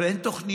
אבל אין תוכניות,